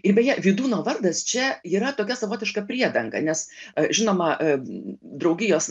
ir beje vydūno vardas čia yra tokia savotiška priedanga nes a žinoma a draugijos